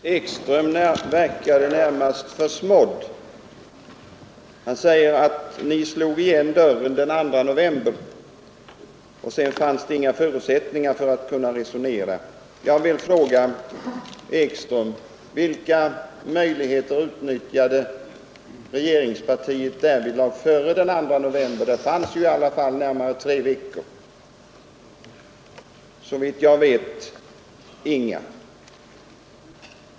Herr talman! Herr Ekström verkade närmast försmådd. Han säger att ni slog igen dörren den 2 november och sedan fanns det inga förutsättningar för att kunna resonera. Jag vill fråga herr Ekström: Vilka möjligheter utnyttjade regeringspartiet därvidlag före den 2 november? Det var i alla fall närmare tre veckor. Såvitt jag vet, inga.